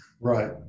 Right